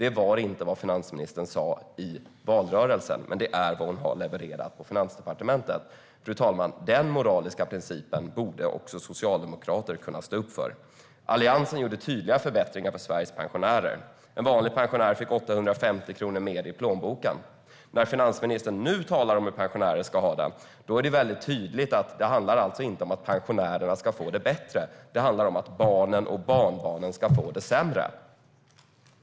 Det var inte vad finansministern sa i valrörelsen, men det är vad hon har levererat på Finansdepartementet.Fru talman! Den moraliska principen borde också socialdemokrater kunna stå upp för. Alliansen gjorde tydliga förbättringar för Sveriges pensionärer. När finansministern nu talar om hur pensionärer ska ha det är det tydligt att det inte handlar om att pensionärerna ska få det bättre utan om att barnen och barnbarnen ska få det sämre.